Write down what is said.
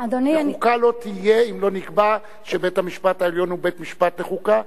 וחוקה לא תהיה אם לא נקבע שבית-המשפט העליון הוא בית-משפט לחוקה,